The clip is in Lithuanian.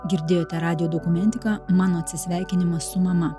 girdėjote radijo dokumentiką mano atsisveikinimas su mama